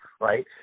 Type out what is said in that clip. Right